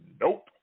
Nope